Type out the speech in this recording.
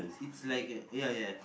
it's like a ya ya